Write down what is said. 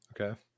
Okay